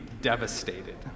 devastated